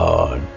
God